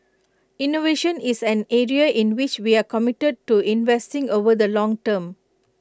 innovation is an area in which we are committed to investing over the long term